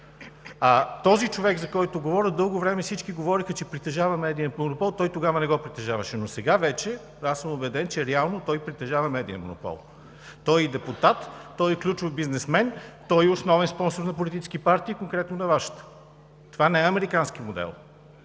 А този човек, за когото говоря, дълго време всички говореха, че притежава медиен монопол, той тогава не го притежаваше, но сега вече аз съм убеден, че реално той притежава медиен монопол. Той е и депутат, той е и ключов бизнесмен, той е и основен спонсор на политически партии – конкретно на Вашата. Това не е американски модел.